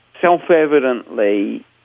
self-evidently